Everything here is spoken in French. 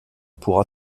pour